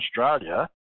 Australia